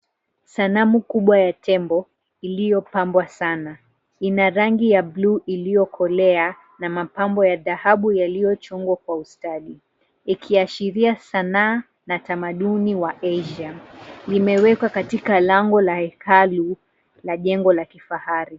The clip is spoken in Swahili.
Sanamu kubwa ya tembo iliyopambwa sana ina rangi ya bluu iliyokolea na mapambo ya dhahabu yaliyochunguwa kwa ustadi. Ikiashiria sanaa na tamaduni wa Asia. Limewekwa katika lango la hekalu la jengo la kifahari.